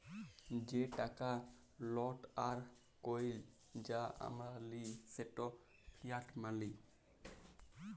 যে টাকা লট আর কইল যা আমরা লিই সেট ফিয়াট মালি